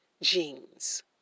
jeans